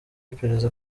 iperereza